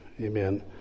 Amen